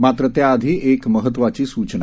मात्र त्याआधी एक महत्त्वाची सूचना